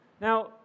Now